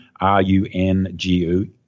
R-U-N-G-U